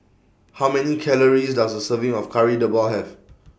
How Many Calories Does A Serving of Kari Debal Have